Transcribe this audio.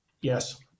Yes